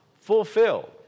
fulfilled